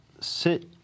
sit